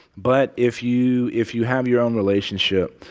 but if you if you have your own relationship,